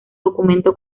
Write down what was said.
documento